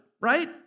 right